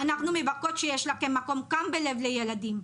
אנחנו מקוות שיש לכם גם מקום בלב לילדים,